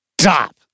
Stop